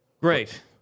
Great